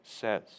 says